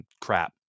crap